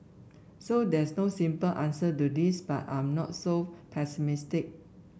so there's no simple answer to this but I'm not so pessimistic